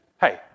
hey